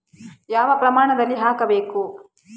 ಯಾವ ಪ್ರಮಾಣದಲ್ಲಿ ಹಾಕಬೇಕು?